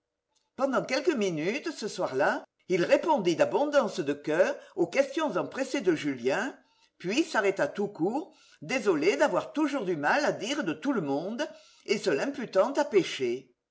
pendant quelques minutes ce soir-là il répondit d'abondance de coeur aux questions empressés de julien puis s'arrêta tout court désolé d'avoir toujours du mal à dire de tout le monde et se l'imputant à péché